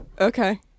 okay